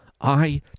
I